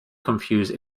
confuse